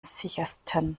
sichersten